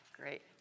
great